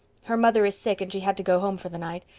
her mother is sick and she had to go home for the night.